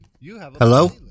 Hello